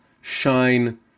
shine